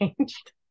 changed